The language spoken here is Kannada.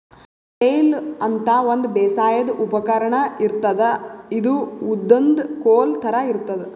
ಫ್ಲೆಯ್ಲ್ ಅಂತಾ ಒಂದ್ ಬೇಸಾಯದ್ ಉಪಕರ್ಣ್ ಇರ್ತದ್ ಇದು ಉದ್ದನ್ದ್ ಕೋಲ್ ಥರಾ ಇರ್ತದ್